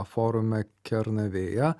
forume kernavėje